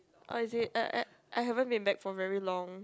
oh is it I I I haven't been back for very long